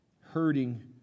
hurting